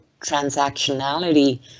transactionality